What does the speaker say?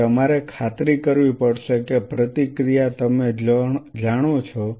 તેથી તમારે ખાતરી કરવી પડશે કે પ્રતિક્રિયા તમે જાણો છો